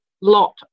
lot